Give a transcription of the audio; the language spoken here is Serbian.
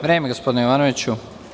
Vreme, gospodine Jovanoviću.